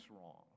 wrong